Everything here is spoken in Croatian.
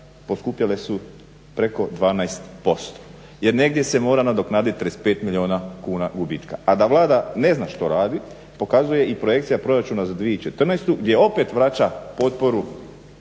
poskupjele su preko 12% jer negdje se mora nadoknaditi 35 milijuna kuna gubitka. A da Vlada ne zna što radi pokazuje i projekcija proračuna za 2014. gdje opet vraća potporu